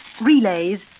relays